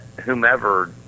whomever